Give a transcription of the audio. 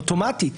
אוטומטית,